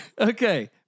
Okay